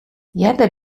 earder